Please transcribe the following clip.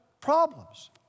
problems